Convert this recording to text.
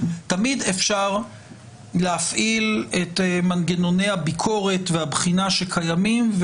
תמיד אפשר להפעיל את מנגנוני הביקורת והבחינה שקיימים,